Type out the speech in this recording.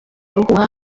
ruhuha